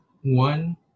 one